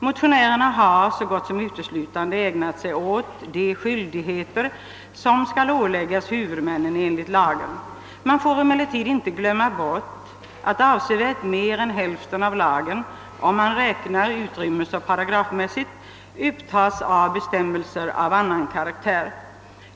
Motionärerna har så gott som uteslutande ägnat sig åt de skyldigheter som enligt lagen skall åläggas huvudmännen. Man får emellertid inte glömma bort att avsevärt mer än hälften av lagen, om man räknar utrymmesoch paragrafmässigt, upptages av bestämmelser av annan karaktär.